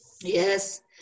Yes